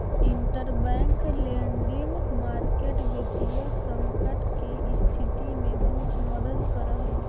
interbank lending market वित्तीय संकट के स्थिति में बहुत मदद करऽ हइ